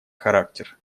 характер